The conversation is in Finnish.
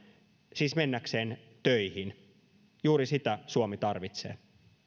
siis mennäkseen töihin juuri sitä suomi tarvitsee